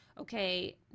okay